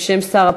בבקשה.